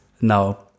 now